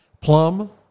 Plum